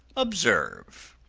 observe,